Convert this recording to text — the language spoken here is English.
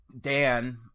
Dan